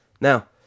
Now